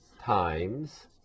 times